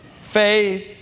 faith